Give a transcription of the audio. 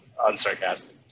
unsarcastic